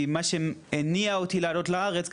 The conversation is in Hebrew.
כי מה שהניע אותי לעלות לארץ,